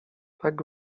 tak